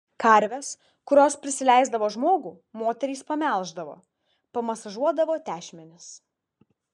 karves kurios prisileisdavo žmogų moterys pamelždavo pamasažuodavo tešmenis